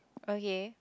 okay